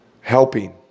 Helping